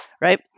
right